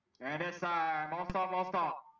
and so ah um ah some ah so about